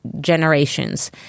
generations